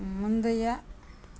முந்தைய